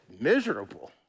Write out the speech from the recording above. miserable